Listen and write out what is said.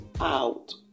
out